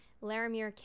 Laramie